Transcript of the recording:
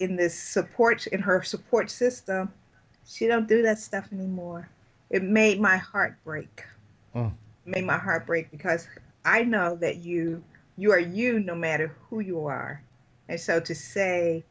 in this support in her support system she don't do that stuff more it made my heart break may my heart break because i know that you are you are you no matter who you are so to say